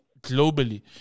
globally